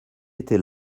était